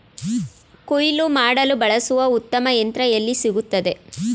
ಕುಯ್ಲು ಮಾಡಲು ಬಳಸಲು ಉತ್ತಮ ಯಂತ್ರ ಎಲ್ಲಿ ಸಿಗುತ್ತದೆ?